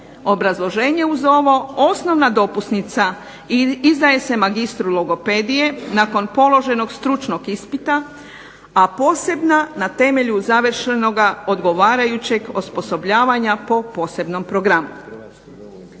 Obrazloženje uz ovo osnovna dopusnica izdaje se magistru logopedije nakon položenog stručnog ispita, a posebna na temelju završenog odgovarajućeg osposobljavanja po posebnom programu.